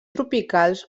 tropicals